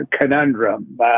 conundrum